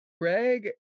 Craig